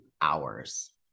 hours